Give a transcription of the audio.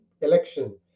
election